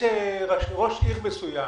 שראש עירייה מסוים,